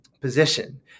position